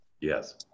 Yes